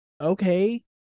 okay